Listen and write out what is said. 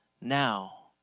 Now